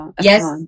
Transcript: yes